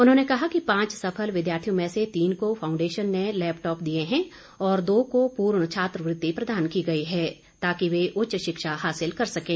उन्होंने कहा कि पांच सफल विद्यार्थियों में से तीन को फाउंडेशन ने लैपटॉप दिए हैं और दो को पूर्ण छात्रवृति प्रदान की गई है ताकि वे उच्च शिक्षा हासिल कर सकें